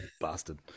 Bastard